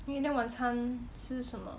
eh then 晚餐吃什么